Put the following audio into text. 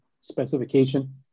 specification